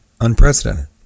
unprecedented